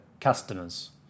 customers